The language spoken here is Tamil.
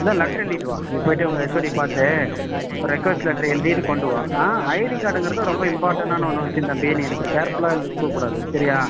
இல்லை லெட்டர் எழுதிட்டு வா நீ போய்ட்டு உங்கள் ஹெச்ஓடி பார்த்து ஒரு ரெக்வஸ்ட் லெட்டர் எழுதிவிட்டு கொண்டு வா ஐடி கார்டுங்கிறது ரொம்ப இம்பார்ட்டன்டான ஒன்று விஷயம் தம்பி நீ இது இப்படி கேர்ஃபுல்லாக இருக்கக்கூடாது சரியா